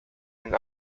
and